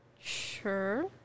Sure